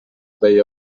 veia